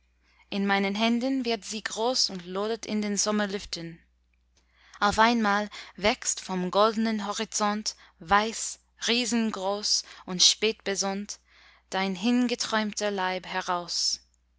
in meinen händen wird sie groß und lodert in den sommerlüften auf einmal wächst vom goldnen horizont weiß riesengroß und spät besonnt dein hingeträumter leib heraus